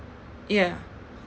ya